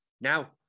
now